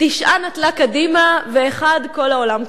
תשעה נטלה קדימה ואחד כל העולם כולו.